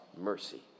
mercy